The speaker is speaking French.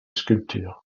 sculpture